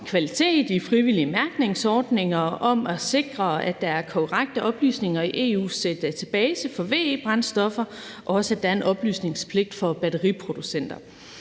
kvaliteten i frivillige mærkningsordninger, om at sikre, at der er korrekte oplysninger i EU's database for VE-brændstoffer, og at der også er en oplysningspligt for batteriproducenter.